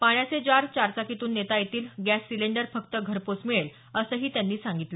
पाण्याचे जार चारचाकीतूनच नेता येतील गॅस सिलिंडर फक्त घरपोच मिळेल असं त्यांनी सांगितलं